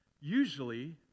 usually